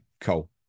cool